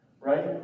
right